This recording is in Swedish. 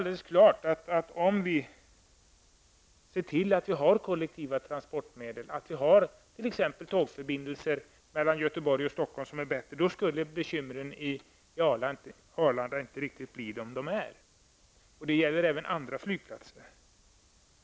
Det är klart att om vi såg till att vi hade kollektiva transportmedel, t.ex. bättre tågförbindelser mellan Göteborg och Stockholm, skulle bekymren på Arlanda inte bli riktigt vad de är. Det gäller även andra flygplatser.